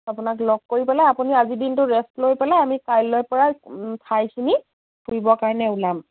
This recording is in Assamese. আপোনাক লগ কৰি পেলাই আপুনি আজি দিনটো ৰেষ্ট লৈ পেলাই আমি কাইলৈ পৰা ঠাইখিনি ফুৰিবৰ কাৰণে ওলাম